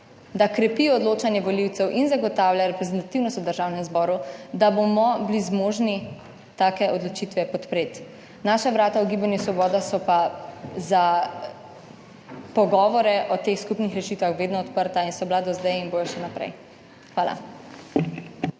da krepi odločanje volivcev in zagotavlja reprezentativnost v Državnem zboru, da bomo bili zmožni take odločitve podpreti. Naša vrata v Gibanju Svoboda so pa za pogovore o teh skupnih rešitvah vedno odprta in so bila do zdaj in bodo še naprej. Hvala.